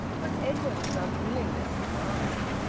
was edwin's unwillingness to ask.